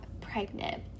pregnant